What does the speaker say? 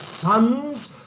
sons